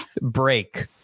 break